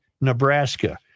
Nebraska